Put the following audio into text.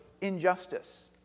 injustice